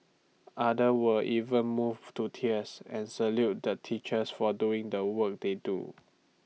others were even moved to tears and saluted the teachers for doing the work they do